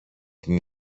την